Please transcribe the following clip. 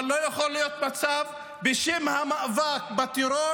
אבל לא יכול להיות מצב שבשם המאבק בטרור